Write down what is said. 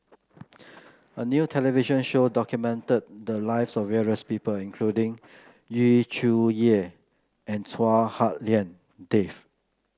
a new television show documented the lives of various people including Yu Zhuye and Chua Hak Lien Dave